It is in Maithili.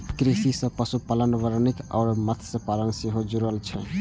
कृषि सं पशुपालन, वानिकी आ मत्स्यपालन सेहो जुड़ल छै